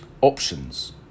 Options